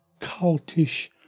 cultish